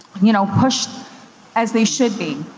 you know, pushed as they should be.